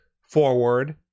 forward